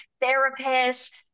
therapist